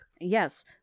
Yes